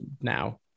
now